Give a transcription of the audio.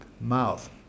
mouth